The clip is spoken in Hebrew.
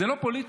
זה לא פוליטי.